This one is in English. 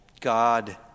God